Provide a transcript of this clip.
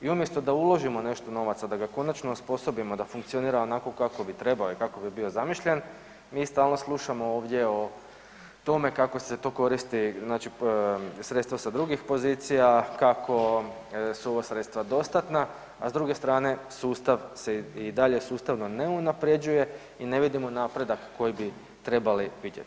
I umjesto da uložimo nešto novaca da ga konačno osposobimo da funkcionira onako kako bi trebao i kako bi bio zamišljen, mi stalno slušamo ovdje o tome kako se to koristi sredstva sa drugih pozicija, kako su ova sredstva dostatna, a s druge strane sustav se i dalje sustavno ne unapređuje i ne vidimo napredak koji bi trebali vidjeti.